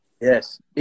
Yes